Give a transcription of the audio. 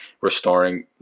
restoring